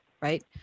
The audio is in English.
Right